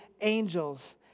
Angels